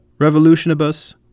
Revolutionibus